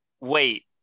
Wait